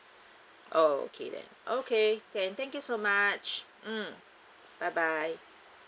oh okay then okay can thank you so much mm bye bye